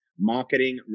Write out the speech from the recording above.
Marketing